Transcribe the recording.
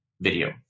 video